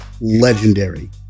legendary